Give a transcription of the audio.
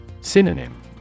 Synonym